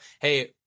hey